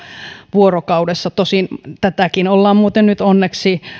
vuorokaudessa tosin tätäkin ollaan muuten nyt onneksi